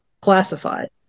classified